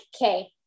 okay